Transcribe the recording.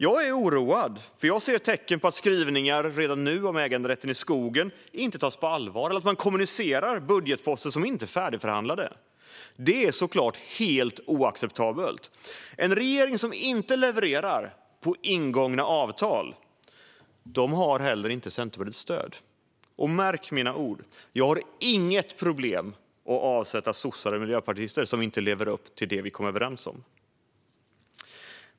Jag är oroad, för jag ser redan nu tecken på att skrivningar om äganderätten i skogen inte tas på allvar och att man kommunicerar budgetposter som inte är färdigförhandlade. Det är såklart helt oacceptabelt. En regering som inte levererar enligt ingångna avtal har heller inte Centerpartiets stöd. Märk mina ord: Jag har inget problem att avsätta sossar och miljöpartister som inte lever upp till det vi kom överens om.